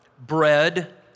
bread